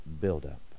buildup